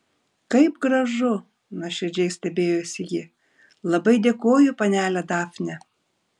kaip gražu nuoširdžiai stebėjosi ji labai dėkoju panele dafne